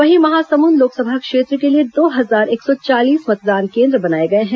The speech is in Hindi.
वहीं महासमुंद लोकसभा क्षेत्र के लिए दो हजार एक सौ चालीस मतदान केन्द्र बनाए गए हैं